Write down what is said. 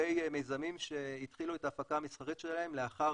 לגבי מיזמים שהתחילו את ההפקה המסחרית שלהם לאחר